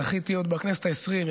זכיתי עוד בכנסת העשרים,